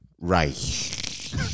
right